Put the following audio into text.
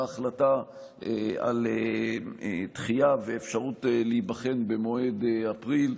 החלטה על דחייה ואפשרות להיבחן במועד אפריל,